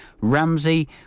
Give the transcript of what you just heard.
Ramsey